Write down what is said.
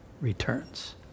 returns